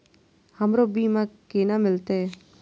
हमरो बीमा केना मिलते?